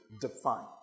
define